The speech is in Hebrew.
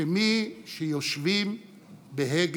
ועל כולנו, על כל היושבים כאן,